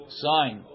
sign